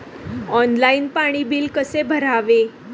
Online पाणी bill कसे भरावे?